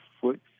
foot